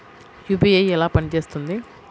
UPI ఎలా పనిచేస్తుంది?